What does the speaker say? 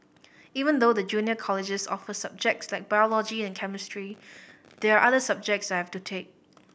even though the junior colleges offer subjects like biology and chemistry there are other subjects I have to take